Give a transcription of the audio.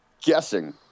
guessing –